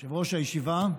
הישיבה,